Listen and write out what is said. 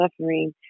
suffering